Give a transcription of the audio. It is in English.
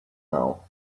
now